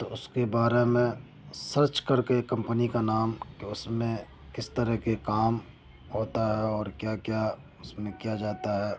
تو اس کے بارے میں سرچ کر کے کمپنی کا نام کہ اس میں کس طرح کے کام ہوتا ہے اور کیا کیا اس میں کیا جاتا ہے